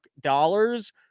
dollars